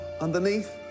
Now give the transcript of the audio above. underneath